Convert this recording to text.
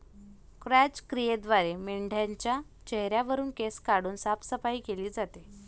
क्रॅच क्रियेद्वारे मेंढाच्या चेहऱ्यावरुन केस काढून साफसफाई केली जाते